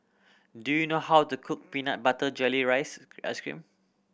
do you know how to cook peanut butter jelly rice ice cream